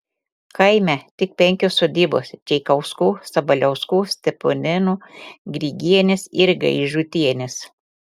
kaime tik penkios sodybos čeikauskų sabaliauskų steponėnų grigienės ir gaižutienės